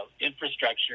infrastructure